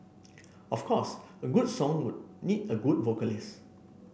of course a good song would need a good vocalist